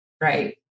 Right